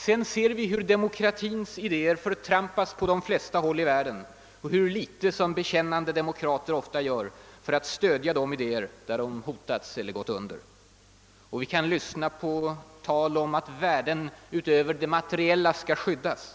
Sedan ser vi hur demokratins idéer förtrampas på de flesta håll i världen och hur litet som bekännande demokrater ofta gör för att stödja de idéerna där de hotas eller har gått under. Vi lyssnar på tal om att värden »utöver de materiella» skall skyddas.